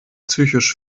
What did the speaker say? psychisch